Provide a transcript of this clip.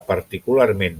particularment